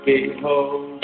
Behold